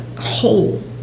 whole